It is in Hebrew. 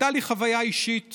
הייתה לי חוויה אישית